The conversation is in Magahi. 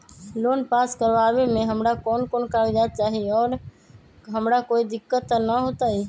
लोन पास करवावे में हमरा कौन कौन कागजात चाही और हमरा कोई दिक्कत त ना होतई?